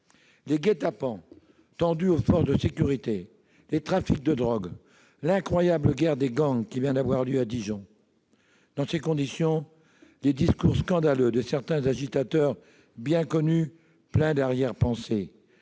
les guets-apens tendus aux forces de sécurité, les trafics de drogue, l'incroyable guerre des gangs qui vient d'avoir lieu à Dijon. Dans ces conditions, les discours scandaleux de certains agitateurs bien connus, pleins d'arrière-pensées,